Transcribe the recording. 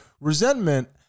Resentment